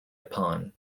upon